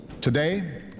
Today